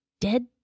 dead